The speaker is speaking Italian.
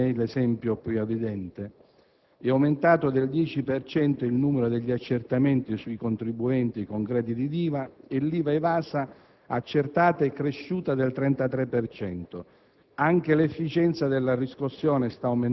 La crescita del gettito dell'IVA, infatti, ne è l'esempio più evidente: è aumentato del 10 per cento il numero degli accertamenti sui contribuenti con crediti di IVA e l'IVA evasa accertata è cresciuta del 33